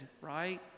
right